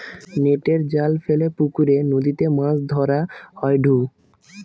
নেটের জাল ফেলে পুকরে, নদীতে মাছ ধরা হয়ঢু